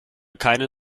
keinen